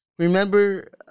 Remember